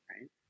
right